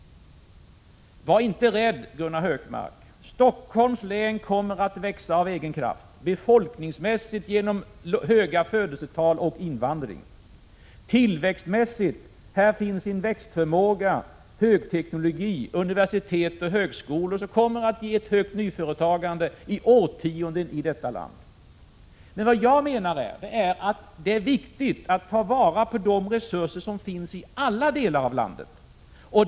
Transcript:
Var inte rädd, Gunnar Hökmark! Stockholms län kommer att växa av egen kraft — befolkningsmässigt genom höga födelsetal och invandring — och tillväxtmässigt — här finns en växtförmåga, högteknologi, universitet och högskolor som kommer att ge ett högt nyföretagande i årtionden i detta land. Vad jag menar är att det är viktigt att ta till vara de resurser som finns i alla delar av landet.